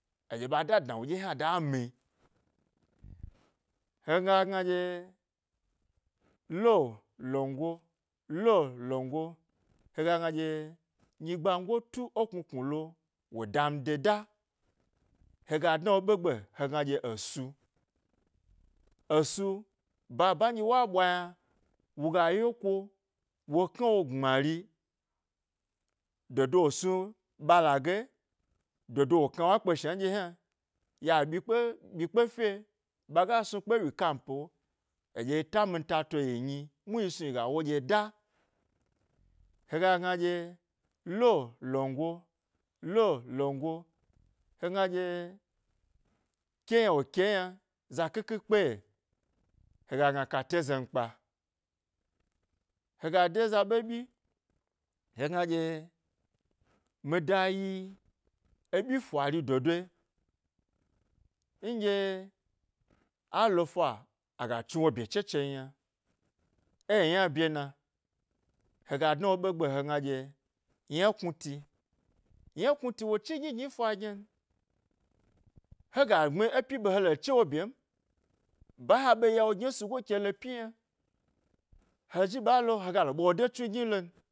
A ɗye ɓa da dnawnu ɗye hna mi, hega gna ɗye lo, longo lo, longo hega gna ɗye nyi gbango tu ė knu knulo wo dan de da hega dna wo ɓe gbe hegna ɗye esu baba nɗye wa ɓwa yna woga yeko wo kna wo gbmari dodo e snu ɓala ge, dodo wo knawo kpe shna nɗye hna ya ɓyi kpe, ɓyikpe fye ɓaga snu kpe e wyi kampe, e ɗye yi ta minta to yi myi muhni yi snu yiga wo ɗye da. Hega gna lo, longo, longo hegna ɗye ke yna wo ke eyna zaƙi ƙi kpe ye hega gna kate zomkpa. Hega de za ɓe byi hegna dye mida yi eɓyi fari dodoe nɗye alo fa aga chniwo bye chechen yna ė yi ynabye na hega dua wo ɓe gbe he gna ɗye yna knuti, hega gbmi e pyi ɓe hdo chewo byen ba ha ɓe yawo gni'o esugo ke lo pyi yna he zhi ɓalo, hegalo ɓwa de tsnu gani lon.